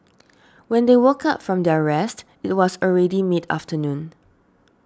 when they woke up from their rest it was already mid afternoon